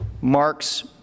Mark's